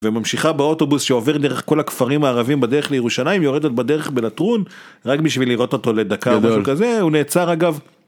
וממשיכה באוטובוס שעובר דרך כל הכפרים הערבים בדרך לירושלים, יורדת בדרך בלטרון רק בשביל לראות אותו לדקה הוא נעצר אגב.